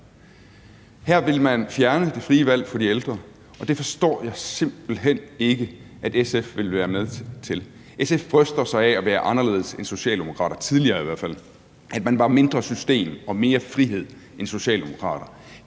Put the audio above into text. Her vil man fjerne det frie valg for de ældre, og det forstår jeg simpelt hen ikke at SF vil være med til. SF bryster sig af at være anderledes end Socialdemokraterne – det har man i hvert fald tidligere gjort – altså at man var mindre system og mere frihed end Socialdemokraterne.